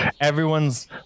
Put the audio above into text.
Everyone's